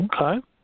Okay